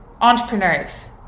entrepreneurs